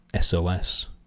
SOS